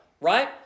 right